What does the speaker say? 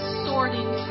sorting